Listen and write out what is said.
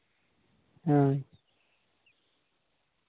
ᱦᱳᱭ